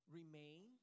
remain